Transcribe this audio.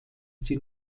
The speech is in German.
sie